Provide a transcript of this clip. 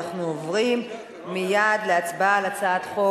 אנחנו עוברים מייד להצבעה על הצעת חוק